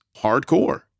Hardcore